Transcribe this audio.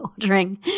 ordering